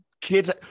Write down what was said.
kids